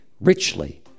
richly